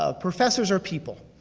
ah professors are people.